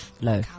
low